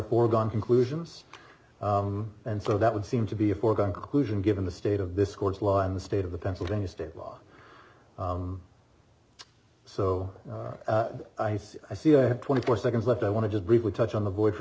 foregone conclusions and so that would seem to be a foregone conclusion given the state of this court's law in the state of the pennsylvania state law so i see i see i have twenty four seconds left i want to just briefly touch on the void for